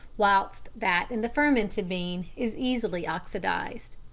whilst that in the fermented bean is easily oxidised.